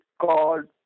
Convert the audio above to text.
called